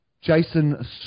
Jason